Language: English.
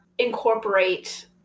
incorporate